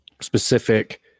specific